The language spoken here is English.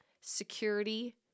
security